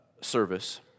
service